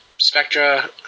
spectra –